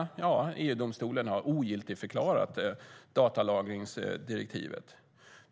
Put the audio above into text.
EU-domstolen har ogiltigförklarat datalagringsdirektivet.